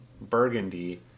Burgundy